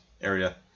area